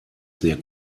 sehr